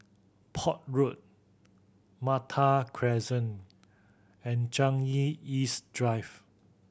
Port Road Malta Crescent and Changi East Drive